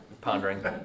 pondering